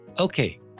Okay